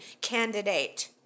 candidate